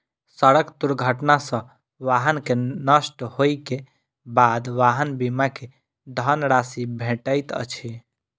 सड़क दुर्घटना सॅ वाहन के नष्ट होइ के बाद वाहन बीमा के धन राशि भेटैत अछि